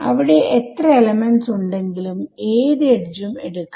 അവിടെ എത്ര എലമെന്റ്സ് ഉണ്ടെങ്കിലും ഏത് എഡ്ജ് ഉം എടുക്കാം